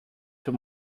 two